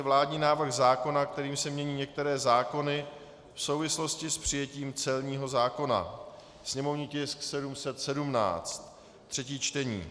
Vládní návrh zákona, kterým se mění některé zákony v souvislosti s přijetím celního zákona /sněmovní tisk 717/ třetí čtení